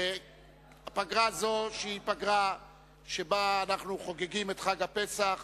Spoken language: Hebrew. פגרה זו, שהיא פגרה שבה אנחנו חוגגים את חג הפסח,